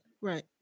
right